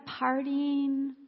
partying